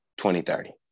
2030